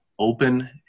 open